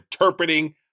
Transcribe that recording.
interpreting